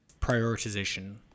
Prioritization